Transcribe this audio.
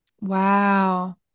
wow